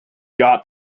got